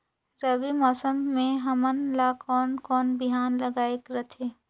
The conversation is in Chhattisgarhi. रबी मौसम मे हमन ला कोन कोन बिहान लगायेक रथे?